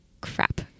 crap